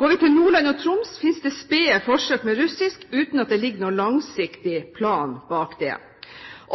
Går vi til Nordland og Troms, finnes det spede forsøk med russisk, uten at det ligger noen langsiktig plan bak.